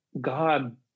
God